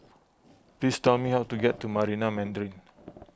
please tell me how to get to Marina Mandarin